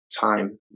time